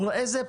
איזו